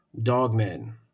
dogmen